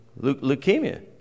Leukemia